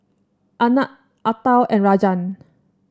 Anand Atal and Rajan